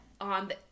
on